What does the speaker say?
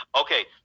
Okay